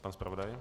Pan zpravodaj?